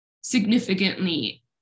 significantly